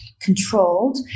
controlled